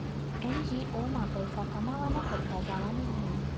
NGO मा पैसा कमावाना करता जावानं न्हयी